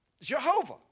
Jehovah